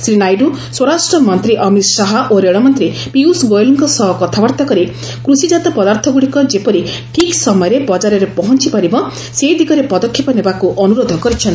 ଶ୍ରୀ ନାଇଡ଼ୁ ସ୍ୱରାଷ୍ଟ୍ର ମନ୍ତ୍ରୀ ଅମିତ୍ ଶାହା ଓ ରେଳମନ୍ତ୍ରୀ ପୀୟୁଷ ଗୋୟଲ୍ଙ୍କ ସହ କଥାବାର୍ତ୍ତା କରି କୃଷିଜାତ ପଦାର୍ଥଗୁଡ଼ିକ ଯେପରି ଠିକ୍ ସମୟରେ ବଜାରରେ ପହଞ୍ଚପାରିବ ସେଦିଗରେ ପଦକ୍ଷେପ ନେବାକୁ ଅନ୍ତରୋଧ କରିଛନ୍ତି